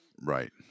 Right